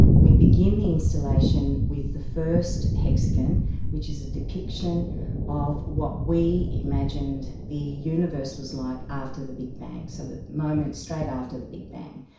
we begin the installation with the first hexagon which is a depiction of what we imagined the universe was like after the big bang, so the moment straight after the big bang.